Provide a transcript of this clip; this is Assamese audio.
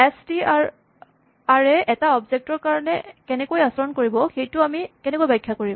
এচ টি আৰ এ এটা অবজেক্ট ৰ কাৰণে কেনেকৈ আচৰণ কৰিব সেইটো আমি কেনেকৈ ব্যাখ্যা কৰিম